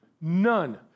None